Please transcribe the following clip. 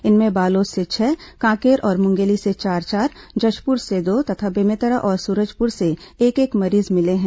इनमें बालोद से छह कांकेर और मुंगेली से चार चार जशपुर से दो तथा बेमेतरा और सूरजपुर से एक एक मरीज मिले हैं